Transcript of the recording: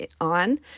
on